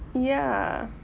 ya